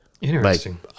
interesting